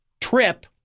trip